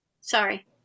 sorry